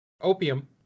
Opium